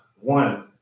one